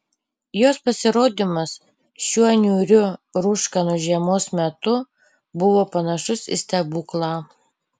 jos pasirodymas šiuo niūriu rūškanu žiemos metu buvo panašus į stebuklą